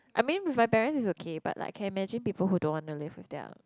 I mean with my parent is okay but like can imagine people who don't want to live with their